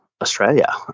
Australia